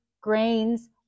grains